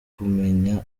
kumenya